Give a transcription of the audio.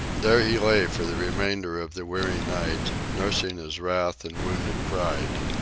there he lay for the remainder of the weary night, nursing his wrath and wounded pride.